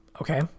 Okay